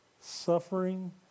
Suffering